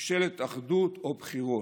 ממשלת אחדות או בחירות.